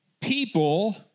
people